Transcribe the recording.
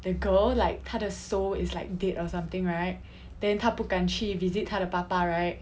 the girl like 她的 soul is like dead or something right then 她不敢去 visit 她的爸爸 right